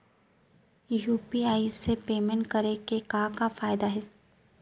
UPI से payment करे के का का फायदा हे?